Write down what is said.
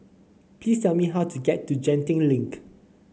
please tell me how to get to Genting Link